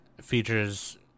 features